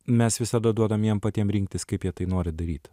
mes visada duodam jiem patiem rinktis kaip jie tai nori daryt